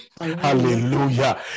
Hallelujah